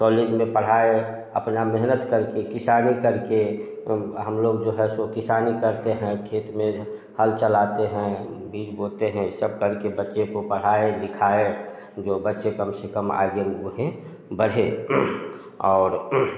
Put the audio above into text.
college में पढ़ाए अपना मेहनत करके किसानी कर के उन हम लोग जो हैं सो किसानी करते हैं खेत में है हल चलाते हैं बीज बोते हैं सब कर के बच्चे को पढ़ाए लिखाए जो बच्चे कम से कम आगे बढ़ें और